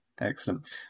Excellent